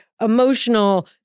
emotional